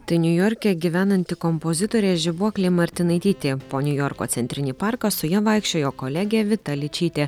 tai niujorke gyvenanti kompozitorė žibuoklė martinaitytė po niujorko centrinį parką su ja vaikščiojo kolegė vita ličytė